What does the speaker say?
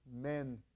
men